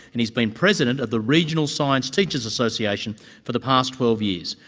and he's been president of the reginal science teachers association for the past twelve years.